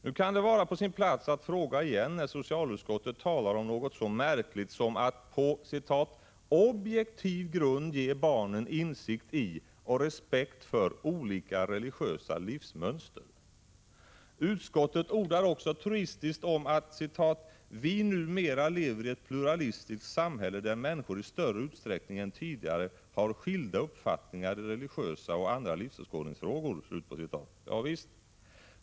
Nu kan det vara på sin plats att fråga igen när socialutskottet talar om något så märkligt som att ”på objektiv grund ge barnen insikt i och respekt för olika religiösa livsmönster”. Utskottet ordar också truistiskt om att ”vi numera lever i ett pluralistiskt samhälle, där människor i större utsträckning än tidigare har skilda uppfattningar i religiösa och andra livsåskådningsfrågor”. Javisst!